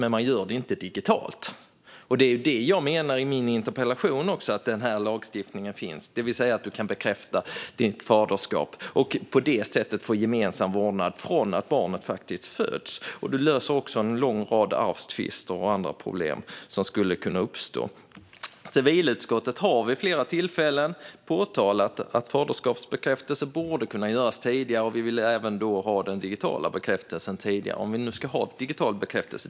Men man gör det inte digitalt. I min interpellation tar jag upp att denna lagstiftning finns, det vill säga att man kan bekräfta sitt faderskap och på det sättet få gemensam vårdnad från och med att barnet föds. Då löser man också en lång rad arvstvister och andra problem som skulle kunna uppstå. Civilutskottet har vid flera tillfällen påpekat att faderskapsbekräftelse borde kunna göras tidigare. Vi vill även att den digitala bekräftelsen ska kunna göras tidigare, om vi nu ska ha digital bekräftelse.